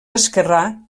esquerrà